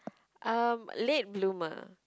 um late bloomer